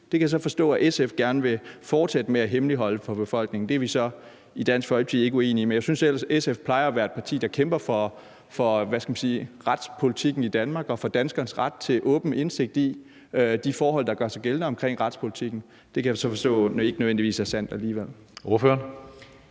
Det kan jeg så forstå at SF gerne vil fortsætte med at hemmeligholde for befolkningen. Det er vi så i Dansk Folkeparti ikke enig i, men jeg synes ellers, SF plejer at være et parti, der kæmper for – hvad skal man sige – retspolitikken i Danmark og for danskernes ret til at få indsigt i de forhold, der gør sig gældende omkring retspolitikken. Det kan jeg så forstå ikke nødvendigvis er sandt alligevel. Kl.